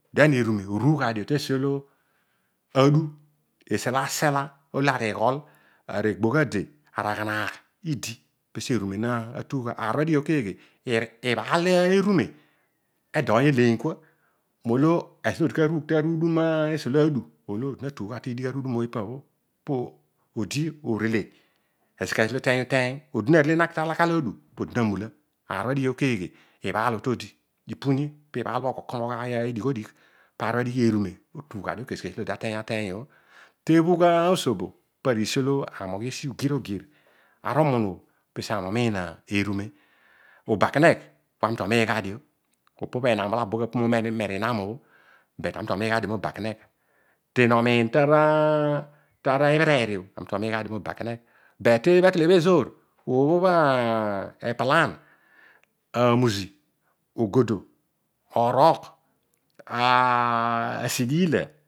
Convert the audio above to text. Then erune orugh ghadio tesi õlõ adu. esi õlo ari ghol anegbogh ade nara aghanagh idi pesi odi na tugh gha. Aar obho adighi õ keeghe. aribhaal erune edioy eleiny kua. molo ezolo lo odi ka rugh tesi obu adu õolo. melo odi atele kezo kezo lo uteiy uteiy. Aar obho adighi o keghe. ibhaal obhõo todi ipuni, pibhaal obho oghi okomoghaiy idighbidigh. Paar obho adighi erune otugh gha dio tesi olo odi ateiy ateiy õ. ũbugh osobo pesi olo ami ughiusi ugir ogir arumuum umiin erane. Obakenegh paami to miin gha dio. Õpõbho enam obho abugh apu moomo ari merinam õ kedio ami tomiingha dio mobakenegh, ten omiin tanibhereer io amitomiinghadio mobakenegh. but teebhakele tezoor, õbho bhõ epalaan. Amuzi. ogodo. ooroogh, asidiika